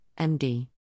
MD